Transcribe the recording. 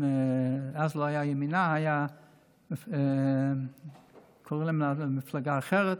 אז לא הייתה ימינה, קראו להם בשם אחר, מפלגה אחרת,